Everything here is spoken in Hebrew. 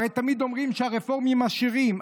הרי תמיד אומרים שהרפורמים עשירים,